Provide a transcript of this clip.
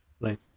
Right